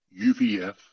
UVF